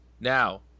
Now